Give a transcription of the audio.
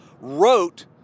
wrote